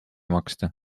maksta